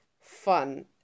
fun